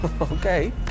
Okay